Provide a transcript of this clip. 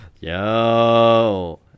Yo